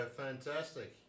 fantastic